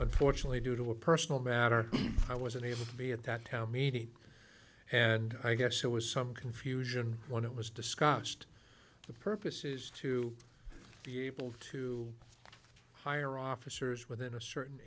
unfortunately due to a personal matter i was unable to be at the town meeting and i guess there was some confusion when it was discussed the purpose is to be able to hire officers within a certain